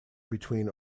between